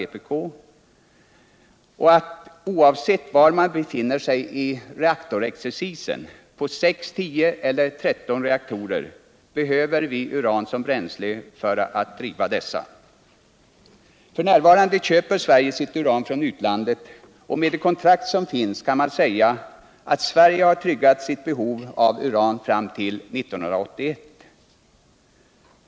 Enighet råder också om att vi, oavsett var vi befinner oss i ”reaktorexercisen” — på 6, 10 eller 13 reaktorer — behöver uran som bränsle för att driva dessa reaktorer. [n. köper Sverige sitt uran från utlandet, och med tanke på de kontrakt som finns kan man säga att Sverige har tryggat sitt behov av uran fram till 1981.